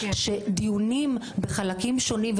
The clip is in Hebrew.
שדיונים בחלקים שונים,